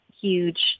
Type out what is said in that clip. huge